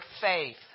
faith